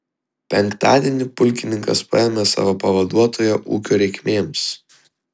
penktadienį pulkininkas paėmė savo pavaduotoją ūkio reikmėms